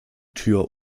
tür